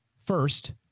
first